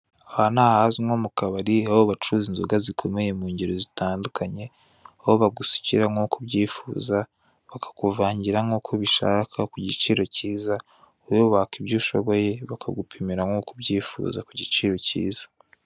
Aha ni ahazwi nko mu kabari, aho bacuriza inzoga zikomeye mu ngero zitandukanye, aho bagusukira nk'uko ubyifuza, bakakuvangira nk'uko ubishaka, ku giciro cyiza, wowe waka ibyo ushoboye, bakagupimira nk'uko ubyifuza, ku giciro cyiza.